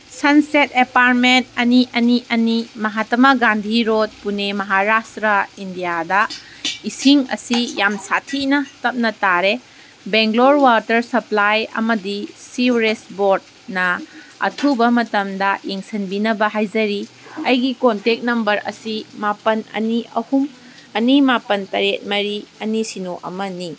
sunset apartment ꯑꯅꯤ ꯑꯅꯤ ꯑꯅꯤ ꯃꯍꯥꯇꯃ ꯒꯥꯟꯙꯤ ꯔꯣꯠ ꯄꯨꯅꯦ ꯃꯍꯔꯥꯁꯇ꯭ꯔ ꯏꯟꯗꯤꯌꯥꯗ ꯏꯁꯤꯡ ꯑꯁꯤ ꯌꯥꯝ ꯁꯥꯊꯤꯅ ꯇꯞꯅ ꯇꯥꯔꯦ ꯕꯦꯡꯒ꯭ꯂꯣꯔ ꯋꯥꯇꯔ ꯁꯄ꯭ꯂꯥꯏ ꯑꯃꯗꯤ ꯁꯤꯋꯔꯦꯁ ꯕꯣꯔꯠꯅ ꯑꯊꯨꯕ ꯃꯇꯝꯗ ꯌꯦꯡꯁꯟꯕꯤꯅꯕ ꯍꯥꯏꯖꯔꯤ ꯑꯩꯒꯤ ꯀꯣꯟꯇꯦꯛ ꯅꯝꯕꯔ ꯑꯁꯤ ꯃꯥꯄꯜ ꯑꯅꯤ ꯑꯍꯨꯝ ꯑꯅꯤ ꯃꯥꯄꯜ ꯇꯔꯦꯠ ꯃꯔꯤ ꯑꯅꯤ ꯁꯤꯅꯣ ꯑꯃꯅꯤ